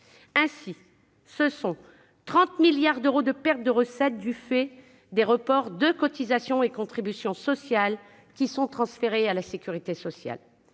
Ainsi, ce sont 30 milliards d'euros de pertes de recettes, qui, du fait des reports de cotisations et contributions sociales, sont transférés à la sécurité sociale.